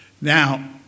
Now